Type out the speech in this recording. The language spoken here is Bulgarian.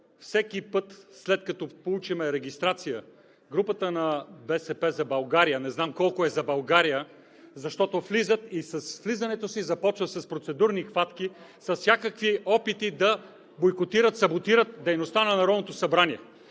всеки път, след като получим регистрация, групата на „БСП за България“ – не знам колко е за България, влизат и с влизането си започват с процедурни хватки, с всякакви опити да бойкотират, саботират дейността на Народното събрание.